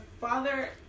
father